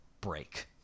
break